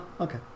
Okay